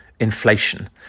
inflation